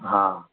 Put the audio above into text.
હા